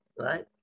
right